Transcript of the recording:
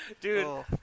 Dude